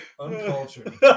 Uncultured